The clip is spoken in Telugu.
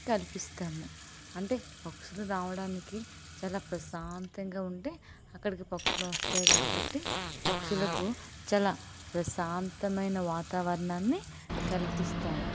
కల్పిస్తాము అంటే పక్షులు రావడానికి చాలా ప్రశాంతంగా ఉంటే అక్కడికి పక్షులు వస్తాయి కాబట్టి పక్షులకు చాలా ప్రశాంతమైన వాతావరణాన్ని కల్పిస్తాము